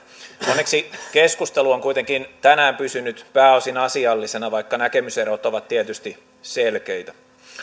onneksi keskustelu on kuitenkin tänään pysynyt pääosin asiallisena vaikka näkemyserot ovat tietysti selkeitä